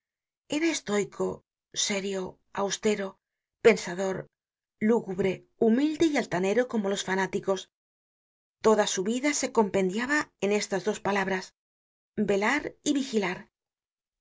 era estoico sério austero pensador lúgubre humilde y altanero como los fanáticos toda su vida se compendiaba en estas dos palabras velar y vigilar